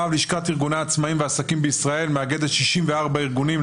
להב לשכת ארגוני העצמאים והעסקים בישראל מאגדת 64 ארגונים,